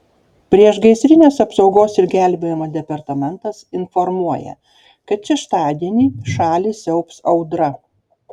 priešgaisrinės apsaugos ir gelbėjimo departamentas informuoja kad šeštadienį šalį siaubs audra